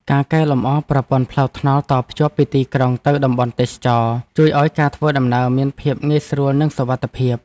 ការកែលម្អប្រព័ន្ធផ្លូវថ្នល់តភ្ជាប់ពីទីក្រុងទៅតំបន់ទេសចរណ៍ ជួយឱ្យការធ្វើដំណើរមានភាពងាយស្រួលនិងសុវត្ថិភាព។